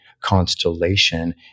constellation